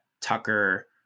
Tucker